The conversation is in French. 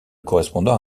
correspondant